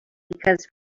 because